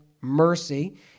mercy